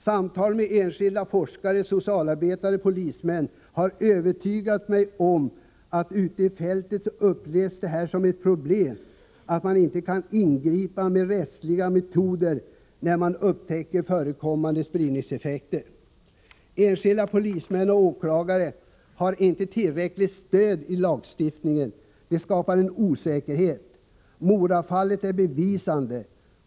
Samtal med enskilda forskare, socialarbetare och polismän har övertygat mig om att det ute på fältet upplevs som ett problem att man inte kan ingripa med rättsliga metoder när man upptäcker förekommande spridningseffekter. Enskilda polismän och åklagare har inte tillräckligt stöd i lagstiftningen. Det skapar osäkerhet. Morafallet är bevisande.